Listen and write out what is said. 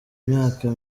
imyaka